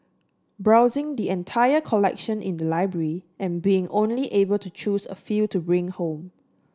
browsing the entire collection in the library and being only able to choose a few to bring home